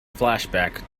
flashback